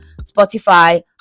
Spotify